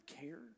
care